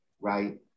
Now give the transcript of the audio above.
right